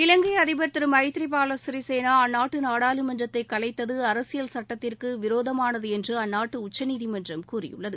இவங்கை அதிபர் திரு எமத்ரிபால சிறிசேனா அந்நாட்டு நாடாளுமன்றத்தை கலைத்தது அரசியல் சுட்டத்திற்கு விரோதமானது என்று அந்நாட்டு உச்சநீதிமன்றம் கூறியுள்ளது